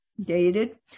dated